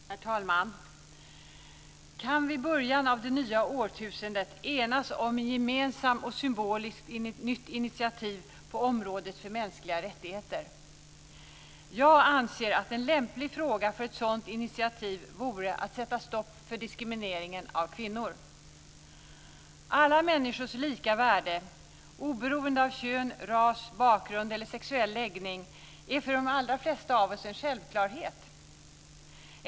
Herr talman! Kan vi i början av det nya årtusendet enas om ett gemensamt och symboliskt nytt initiativ på området för mänskliga rättigheter? Jag anser att en lämplig fråga för ett sådant initiativ vore att sätta stopp för diskrimineringen av kvinnor. Alla människors lika värde, oberoende av kön, ras bakgrund eller sexuell läggning, är för de flesta av oss en självklarhet.